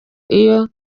ayo